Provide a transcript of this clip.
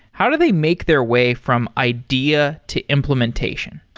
how do they make their way from idea to implementation?